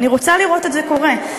אני רוצה לראות את זה קורה.